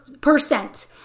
percent